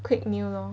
quick meal lor